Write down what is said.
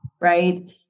right